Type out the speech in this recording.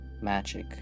magic